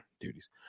duties